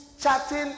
chatting